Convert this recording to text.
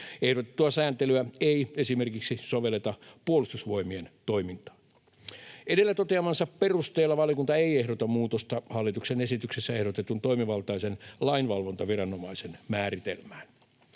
Ehdotettua sääntelyä ei esimerkiksi sovelleta Puolustusvoimien toimintaan. Edellä toteamansa perusteella valiokunta ei ehdota muutosta hallituksen esityksessä ehdotetun toimivaltaisen lainvalvontaviranomaisen määritelmään.